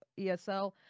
ESL